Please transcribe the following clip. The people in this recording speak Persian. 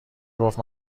گفت